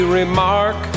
remark